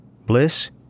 Bliss